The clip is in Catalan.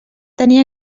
tenir